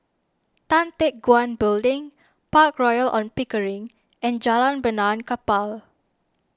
Tan Teck Guan Building Park Royal on Pickering and Jalan Benaan Kapal